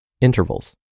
intervals